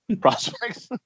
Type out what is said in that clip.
prospects